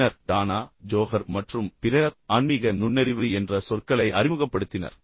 பின்னர் Danah Zohar மற்றும் பிறர் ஆன்மீக நுண்ணறிவு என்ற சொற்களை அறிமுகப்படுத்தினர்